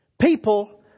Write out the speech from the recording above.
People